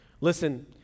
Listen